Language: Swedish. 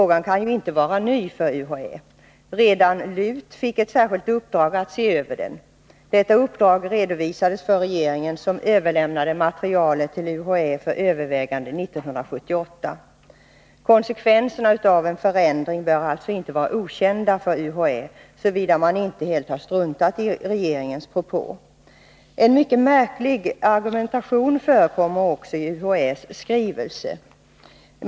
Frågan kan ju inte vara ny för UHÄ. Redan LUT fick ett särskilt uppdrag att se över den. Detta uppdrag redovisades för regeringen, som överlämnade materialet till UHÄ för övervägande 1978. Konsekvenserna av en förändring bör alltså inte vara okända för UHÄ, såvida man inte helt har struntat i regeringens propå. En mycket märklig argumentation förekommer också i UHÄ:s skrivelse.